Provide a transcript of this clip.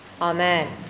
Amen